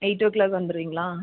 eight o'clock வந்துருவிங்களா